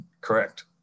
correct